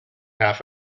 half